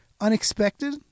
unexpected